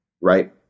right